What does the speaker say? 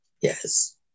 Yes